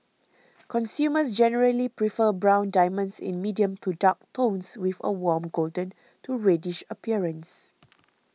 consumers generally prefer brown diamonds in medium to dark tones with a warm golden to reddish appearance